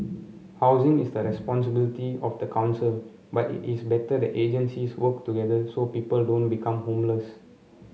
housing is the responsibility of the council but it is better that agencies work together so people don't become homeless